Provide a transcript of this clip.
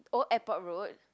Old-Airport-Road